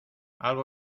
algo